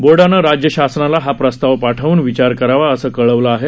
बोर्डाने राज्य शासनाला हा प्रस्ताव पाठवून विचार करावा असे कळविले आहे